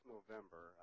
November